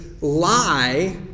lie